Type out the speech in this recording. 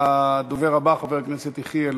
הדובר הבא, חבר הכנסת יחיאל